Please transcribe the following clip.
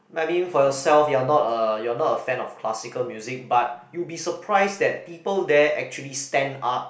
my mean for yourself you're not a you're not a fan of classical music but you'll be surprised that people there actually stand up